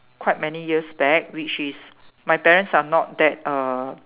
quite many years back which is my parents are not that uh